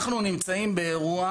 אנחנו נמצאים באירוע